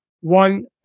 one